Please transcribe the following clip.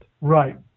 Right